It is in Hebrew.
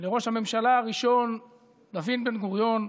לראש הממשלה הראשון דוד בן-גוריון,